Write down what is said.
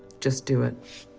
just do it.